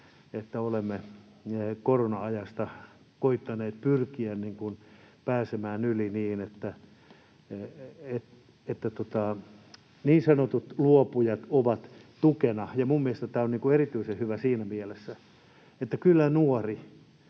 olemme korona-ajasta koettaneet pyrkiä pääsemään yli niin, että niin sanotut luopujat ovat tukena. Ja minun mielestäni tämä on erityisen hyvä siinä mielessä, että kyllä nuoren,